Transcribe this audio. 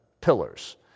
pillars